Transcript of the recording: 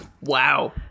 wow